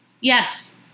yes